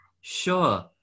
sure